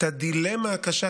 את הדילמה הקשה,